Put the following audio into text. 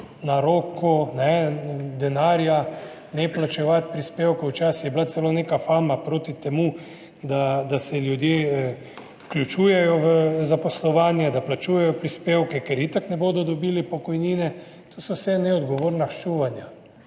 na roko denarja, ne plačevati prispevkov. Včasih je bila celo neka fama proti temu, da se ljudje vključujejo v zaposlovanje, da plačujejo prispevke, ker itak ne bodo dobili pokojnine. To so vse neodgovorna ščuvanja.